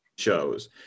Shows